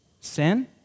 sin